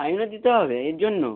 টাইমে দিতে হবে এর জন্য